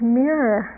mirror